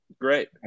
Great